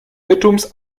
irrtums